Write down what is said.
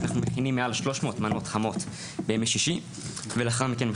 אנחנו מכינים מעל 300 מנות חמות בימי שישי ולאחר מכן,